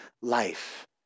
life